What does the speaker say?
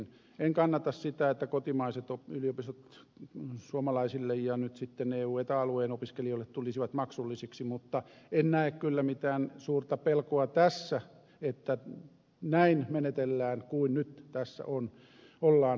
en kannata sitä että kotimaiset yliopistot suomalaisille ja nyt sitten eu ja eta alueen opiskelijoille tulisivat maksullisiksi mutta en näe kyllä mitään suurta pelkoa tässä että näin menetellään niin kuin nyt tässä ollaan etenemässä